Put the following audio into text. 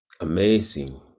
amazing